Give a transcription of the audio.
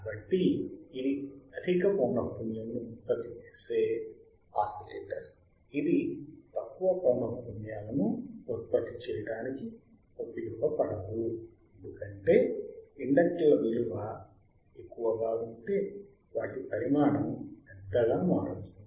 కాబట్టి ఇది అధిక పౌనఃపున్యము ని ఉత్పత్హి చేసే ఆసిలేటర్ ఇది తక్కువ పౌనఃపున్యాలను ఉత్పతి చేయటానికి ఉపయోగ పడదు ఎందుకంటే ఇండక్టర్ల విలువ ఎక్కువగా ఉంటే వాటి పరిమాణం పెద్దగా మారుతుంది